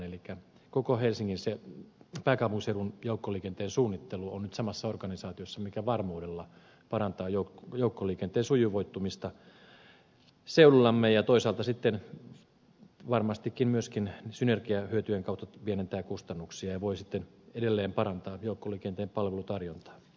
elikkä koko pääkaupunkiseudun joukkoliikenteen suunnittelu on nyt samassa organisaatiossa mikä varmuudella parantaa joukkoliikenteen sujuvoitumista seudullamme ja toisaalta sitten varmastikin myöskin synergiahyötyjen kautta pienentää kustannuksia ja voi sitten edelleen parantaa joukkoliikenteen palvelutarjontaa